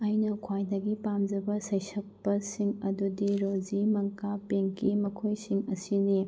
ꯑꯩꯅ ꯈ꯭ꯋꯥꯏꯗꯒꯤ ꯄꯥꯝꯖꯕ ꯁꯩꯁꯛꯄꯁꯤꯡ ꯑꯗꯨꯗꯤ ꯔꯣꯖꯤ ꯃꯪꯀꯥ ꯄꯤꯡꯀꯤ ꯃꯈꯣꯏꯁꯤꯡ ꯑꯁꯤꯅꯤ